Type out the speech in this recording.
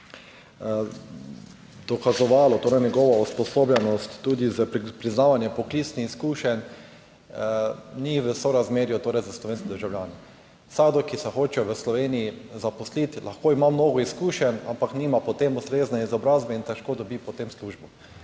dokazovalo. Torej, njegova usposobljenost tudi za priznavanje poklicnih izkušenj ni v sorazmerju torej s slovenskimi državljani. Vsakdo, ki se hoče v Sloveniji zaposliti, lahko ima mnogo izkušenj, ampak nima potem ustrezne izobrazbe in težko dobi potem službo,